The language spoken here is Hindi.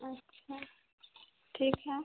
अच्छा ठीक है